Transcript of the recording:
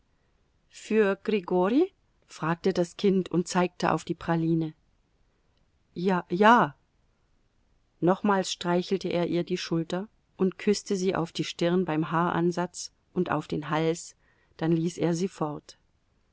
für grigori fragte das kind und zeigte auf die praline ja ja nochmals streichelte er ihr die schulter und küßte sie auf die stirn beim haaransatz und auf den hals dann ließ er sie fort